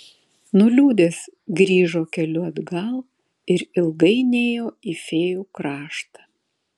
nuliūdęs grįžo keliu atgal ir ilgai nėjo į fėjų kraštą